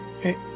hey